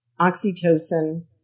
Oxytocin